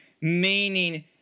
Meaning